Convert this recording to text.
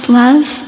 love